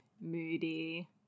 moody